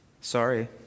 Sorry